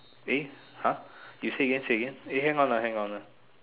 eh !huh! you say again you say again eh hang on ah hang on